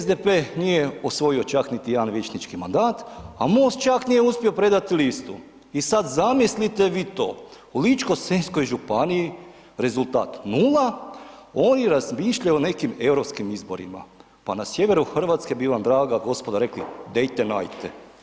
SDP nije osvojio čak niti jedan vijećnički mandat, a MOST čak nije uspio predati listu i sad zamislite vi to, u ličko-senjskoj županiji rezultat nula, oni razmišljaju o nekim europskim izborima, pa na sjeveru RH bi vam draga gospodo rekli dejte najte.